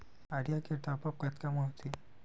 Idea के top आप कतका म होथे?